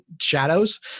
shadows